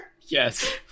Yes